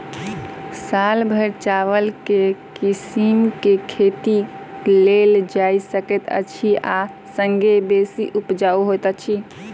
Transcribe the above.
साल भैर चावल केँ के किसिम केँ खेती कैल जाय सकैत अछि आ संगे बेसी उपजाउ होइत अछि?